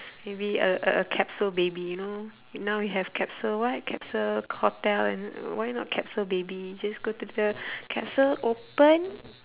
maybe uh uh a capsule baby you know now we have capsule what capsule hotel and why not capsule baby just go to the capsule open